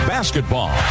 Basketball